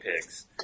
pigs